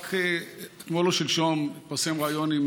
רק אתמול או שלשום התפרסם ראיון עם